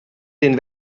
den